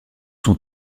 son